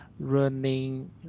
running